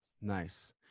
nice